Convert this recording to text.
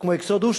כמו "אקסודוס",